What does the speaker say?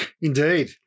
Indeed